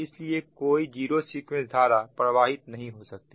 इसलिए कोई zero sequence धारा प्रवाहित नहीं हो सकती